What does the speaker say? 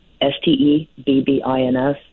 S-T-E-B-B-I-N-S